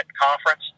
conference